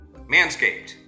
Manscaped